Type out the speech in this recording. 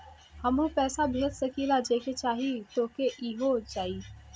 हमहू पैसा भेज सकीला जेके चाही तोके ई हो जाई?